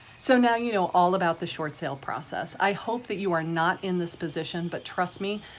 so now you know all about the short sale process. i hope that you are not in this position but trust me,